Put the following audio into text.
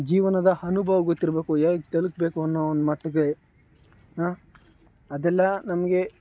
ಜೀವನದ ಅನುಭವ ಗೊತ್ತಿರಬೇಕು ಹೇಗೆ ತಲುಪ್ಬೇಕು ಅನ್ನೋ ಒಂದು ಮಟ್ಟಿಗೆ ಹಾಂ ಅದೆಲ್ಲ ನಮಗೆ